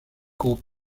group